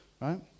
right